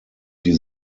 die